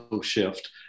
shift